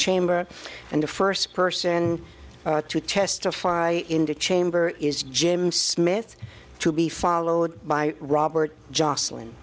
chamber and the first person to testify in the chamber is jim smith to be followed by robert jocelyn